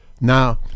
Now